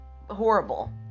horrible